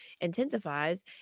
intensifies